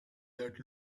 that